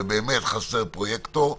ובאמת חסר פרויקטור.